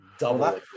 double